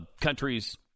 countries